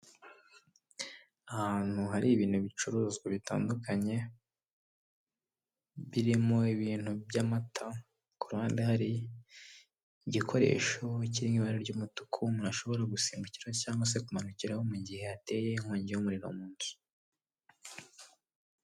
Ahantu hari ibintu bicuruzwa bitandukanye, birimo ibintu by'amata, ku hande hari igikoresho cy'ibara ry'umutuku umuntu ashobora gusimbukira cyangwag se kumanukira ho mu gihe hateye inkongi y'umuriro mu nzu.